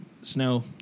snow